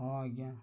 ହଁ ଆଜ୍ଞା